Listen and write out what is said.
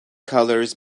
colours